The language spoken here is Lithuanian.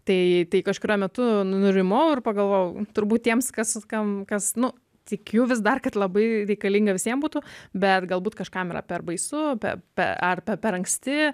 tai tai kažkuriuo metu nurimau ir pagalvojau turbūt tiems kas vat kam kas nu tikiu vis dar kad labai reikalinga visiem būtų bet galbūt kažkam yra per baisu pe pe ar per anksti